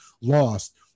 lost –